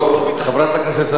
חברת הכנסת זהבה גלאון,